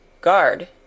Guard